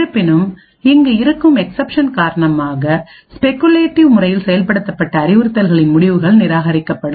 இருப்பினும் இங்கு இருக்கும் எக்சப்ஷன் காரணமாக ஸ்பெகுலேட்டிவ் முறையில் செயல்படுத்தப்பட்ட அறிவுறுத்தல்களின் முடிவுகள் நிராகரிக்கப்படும்